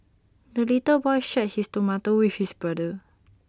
the little boy shared his tomato with his brother